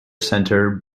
center